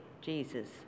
jesus